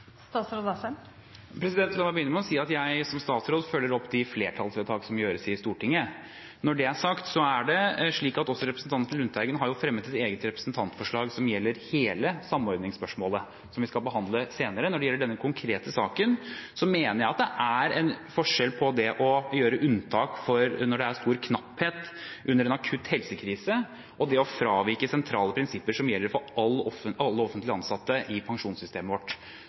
La meg begynne med å si at jeg som statsråd følger opp de flertallsvedtakene som fattes i Stortinget. Når det er sagt, er det slik at representanten Lundteigen også har fremmet et eget representantforslag som gjelder hele samordningsspørsmålet, som vi skal behandle senere. Når det gjelder denne konkrete saken, mener jeg at det er en forskjell på det å gjøre unntak når det er stor knapphet under en akutt helsekrise, og det å fravike sentrale prinsipper som gjelder for alle offentlig ansatte, i pensjonssystemet vårt.